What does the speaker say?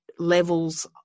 Levels